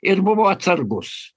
ir buvo atsargus